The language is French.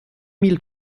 mille